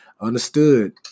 Understood